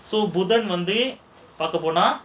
so புதன் வந்து பார்க்கபோனா:budhan vandhu paarkkaponaa